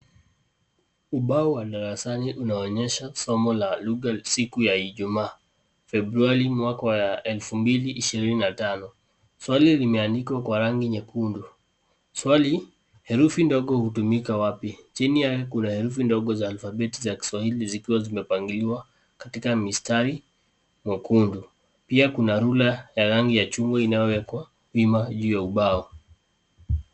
Ubao wa darasani unaonyesha somo la lugha siku ya ijumaa, Februari mwaka wa 2025. Swali limeandikwa kwa rangi nyekundu. Swali, herufi ndogo hutumika wapi?. Chini yake kuna herufi ndogo za alfabeti zikiwa zimepangiliwa katika mistari mekundu. Pia kuna rula ya rangi ya chungwa inayowekwa wima juu ya ubao.